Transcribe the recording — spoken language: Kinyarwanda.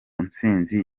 intsinzi